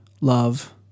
Love